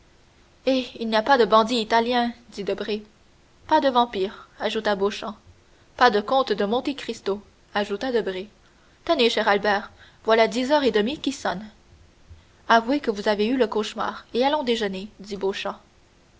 eh il n'y a pas de bandits italiens dit debray pas de vampires ajouta beauchamp pas de comte de monte cristo ajouta debray tenez cher albert voilà dix heures et demie qui sonnent avouez que vous avez eu le cauchemar et allons déjeuner